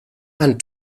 and